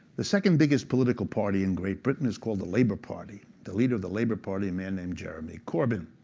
the second biggest political party in great britain is called the labour party, the leader of the labour party a man named jeremy corbyn.